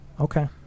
Okay